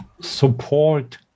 support